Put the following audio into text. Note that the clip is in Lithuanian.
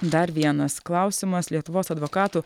dar vienas klausimas lietuvos advokatų